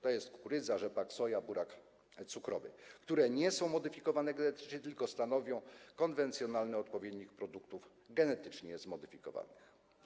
Chodzi tu o kukurydzę, rzepak, soję, burak cukrowy, które nie są modyfikowane genetycznie, tylko stanowią konwencjonalne odpowiedniki produktów genetycznie zmodyfikowanych.